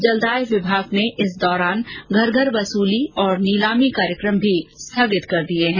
जलदाय विभाग ने इस दौरान घर घर वसूली और नीलामी कार्यक्रम भी स्थगित कर दिये है